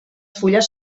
fulles